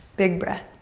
big breath.